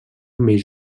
més